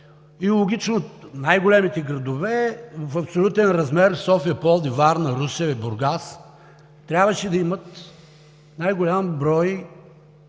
и логично най-големите градове в абсолютен размер – София, Пловдив, Варна, Русе, Бургас, трябваше да имат най-голям брой